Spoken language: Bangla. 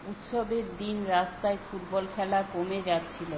উৎসবের দিন রাস্তায় ফুটবল খেলা কমে যাচ্ছিল